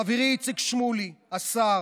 חברי איציק שמולי, השר,